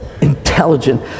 intelligent